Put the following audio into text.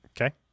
Okay